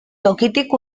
tokitik